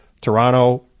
Toronto